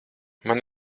man